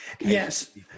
Yes